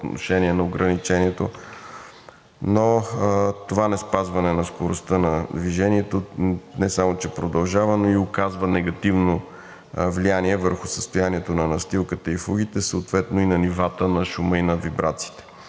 отношение на ограничението. Това неспазване на скоростта на движението не само че продължава, но и оказва негативно влияние върху състоянието на настилката и фугите, съответно на нивата на шума и на вибрациите.